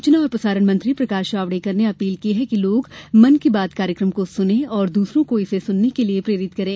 सुचना और प्रसारण मंत्री प्रकाश जावडेकर ने अपील की है कि लोग मन की बात कार्यक्रम को सने तथा दसरों को इसे सुनने के लिए प्रेरित करें